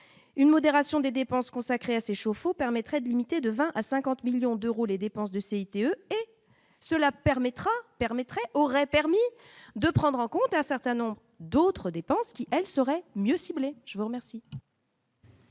une modération des dépenses consacrées à ces chauffe-eau permettrait de limiter de 20 à 50 millions d'euros, les dépenses de CTE et cela permettra permettrait aurait permis de prendre en compte un certain nombre d'autres dépenses qui elle serait mieux ciblées, je vous remercie.